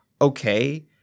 okay